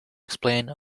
explain